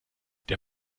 der